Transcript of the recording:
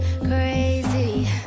crazy